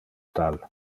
tal